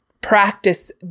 practice